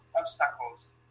obstacles